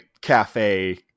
cafe